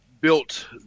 built